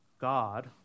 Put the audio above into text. God